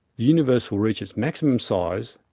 the universe will reach its maximum size,